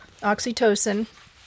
Oxytocin